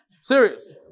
Serious